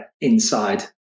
inside